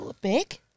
big